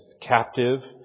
captive